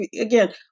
again